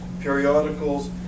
periodicals